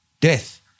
Death